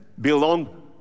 belong